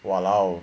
!walao!